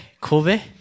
Kobe